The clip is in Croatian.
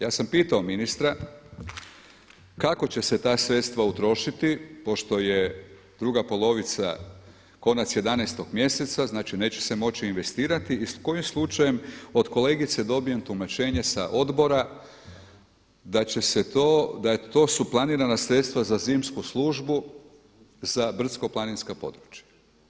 Ja sam pitao ministar kako će se ta sredstva utrošiti pošto je druga polovica konac 11 mjeseca, znači neće se moći investirati i s kojim slučajem od kolegice dobijem tumačenje sa odbora da će se to, da su to planirana sredstva za zimsku službu, za brdsko planinska područja.